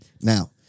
Now